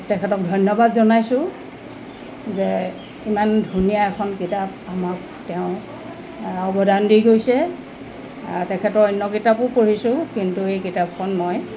তেখেতক ধন্যবাদ জনাইছোঁ যে ইমান ধুনীয়া এখন কিতাপ আমাক তেওঁ অৱদান দি গৈছে তেখেতৰ অন্য কিতাপো পঢ়িছোঁ কিন্তু এই কিতাপখন মই